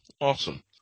Awesome